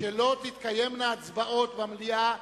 שלא תתקיימנה הצבעות במליאה,